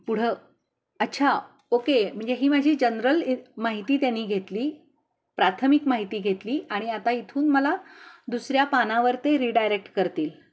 पुढं अच्छा ओके म्हणजे ही माझी जनरल माहिती त्यांनी घेतली प्राथमिक माहिती घेतली आणि आता इथून मला दुसऱ्या पानावर ते रिडायरेक्ट करतील